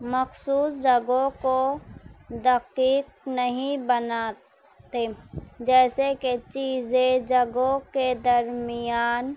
مخصوص جگہوں کو دقیق نہیں بناتے جیسے کہ چیزیں جگہوں کے درمیان